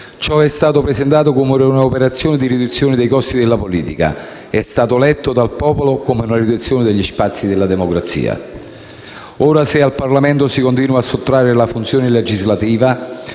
è stata presentata come un'operazione di riduzione dei costi della politica: è stata letta, invece, dal popolo come una riduzione degli spazi di democrazia. Ora, se al Parlamento si continua a sottrarre la funzione legislativa